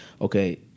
okay